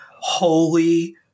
Holy